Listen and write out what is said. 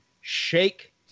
Shake